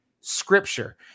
scripture